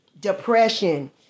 Depression